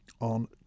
on